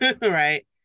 right